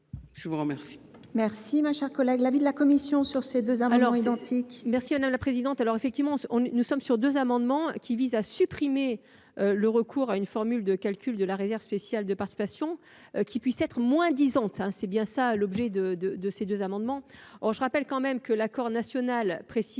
Je veux remercier